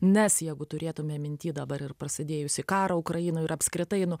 nes jeigu turėtume minty dabar ir prasidėjusį karą ukrainoj ir apskritai nu